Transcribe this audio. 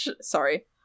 sorry